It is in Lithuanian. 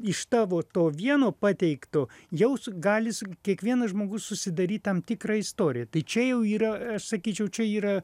iš tavo to vieno pateikto jau s gali su kiekvienas žmogus susidaryt tam tikrą istoriją tai čia jau yra aš sakyčiau čia yra